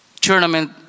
tournament